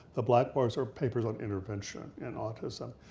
the black bars are papers on intervention in autism.